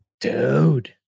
Dude